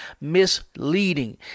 misleading